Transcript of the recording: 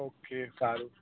okay સારું